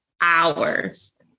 hours